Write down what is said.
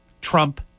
Trump